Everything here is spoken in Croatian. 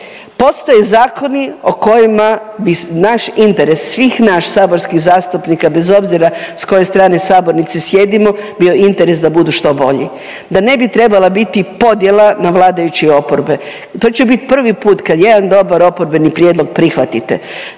postoje zakoni o kojima bi naš interes svih nas saborskih zastupnika bez obzira s koje strane sabornice sjedimo bio interes da budu što bolji, da ne bi trebala biti podjela na vladajuće i oporbe. To će biti prvi put kad jedan dobar oporbeni prijedlog prihvatite.